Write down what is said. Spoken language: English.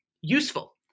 useful